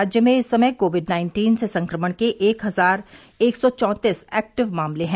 राज्य में इस समय कोविड नाइन्टीन से संक्रमण के एक हजार एक सौ चौंतीस एक्टिव मामले हैं